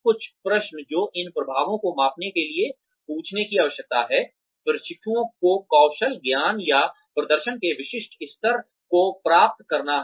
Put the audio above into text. कुछ प्रश्न जो इन प्रभावों को मापने के लिए पूछने की आवश्यकता है प्रशिक्षुओं को कौशल ज्ञान या प्रदर्शन के विशिष्ट स्तर को प्राप्त करना है